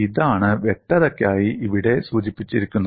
ഇതാണ് വ്യക്തതയ്ക്കായി ഇവിടെ സൂചിപ്പിച്ചിരിക്കുന്നത്